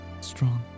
strong